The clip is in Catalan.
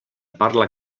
parla